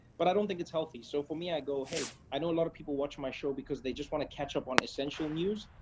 but i don't think it's healthy. so for me, i go, hey, i know a lot of people watch my show because they just want to catch up on essential news,